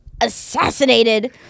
assassinated